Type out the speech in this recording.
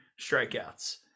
strikeouts